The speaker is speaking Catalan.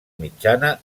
mitjana